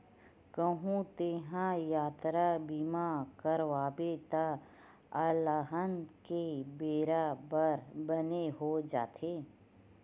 कहूँ तेंहा यातरा बीमा करवाबे त अलहन के बेरा बर बने हो जाथे